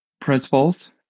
Principles